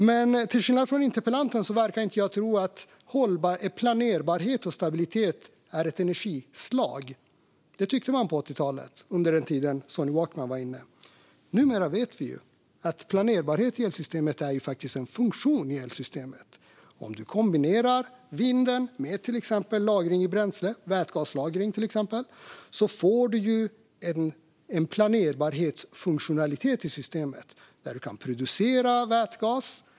Men jag tror inte, till skillnad från vad interpellanten verkar tro, att planerbarhet och stabilitet är ett energislag. Det tyckte man på 80-talet, under den tid då Sony Walkman var inne. Numera vet vi att planerbarhet i elsystemet faktiskt är en funktion i elsystemet. Om man kombinerar vinden med till exempel lagring i bränsle, exempelvis vätgaslagring, får man en planerbarhetsfunktionalitet i systemet där man kan producera vätgas.